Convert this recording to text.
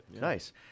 Nice